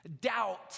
doubt